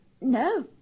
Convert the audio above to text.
No